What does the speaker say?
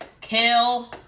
kill